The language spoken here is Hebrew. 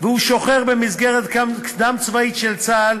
והוא שוחר במסגרת קדם-צבאית של צה"ל,